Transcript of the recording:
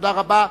תודה רבה.